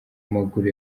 maguru